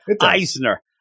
Eisner